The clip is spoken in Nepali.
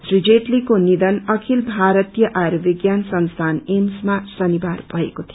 श्री जेटलीको निधन अखिल भारतीय आर्युविज्ञान संस्कान मा शनिबार भएको थियो